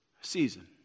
season